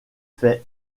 fait